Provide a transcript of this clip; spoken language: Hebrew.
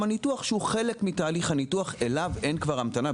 הניתוח שהוא חלק מתהליך הניתוח אליו אין כבר המתנה.